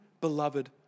beloved